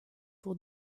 pour